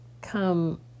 come